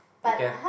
you can